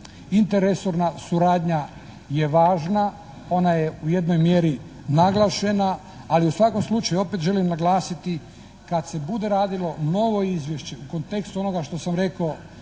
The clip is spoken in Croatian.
Interresorna suradnja je važna, ona je u jednoj mjeri naglašena, ali u svakom slučaju, opet želim naglasiti kad se bude radilo novo izvješće u kontekstu onoga što sam rekao,